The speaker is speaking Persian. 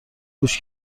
گوش